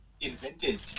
invented